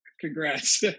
Congrats